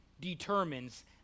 determines